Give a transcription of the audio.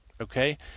Okay